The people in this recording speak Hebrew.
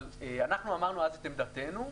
אבל אנחנו אמרנו אז את עמדתנו,